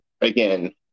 again